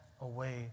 away